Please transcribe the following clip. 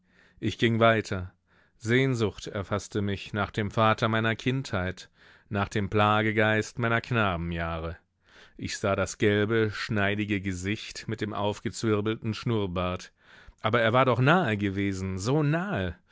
ich ging weiter sehnsucht erfaßte mich nach dem vater meiner kindheit nach dem plagegeist meiner knabenjahre ich sah das gelbe schneidige gesicht mit dem aufgezwirbelten schnurrbart aber er war doch nahe gewesen so nahe